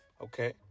Okay